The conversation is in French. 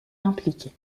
impliqués